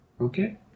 Okay